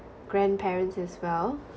grandparents as well